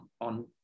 on